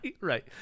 right